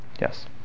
Yes